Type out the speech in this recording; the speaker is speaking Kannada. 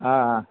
ಆಂ ಆಂ